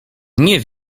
nie